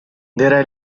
their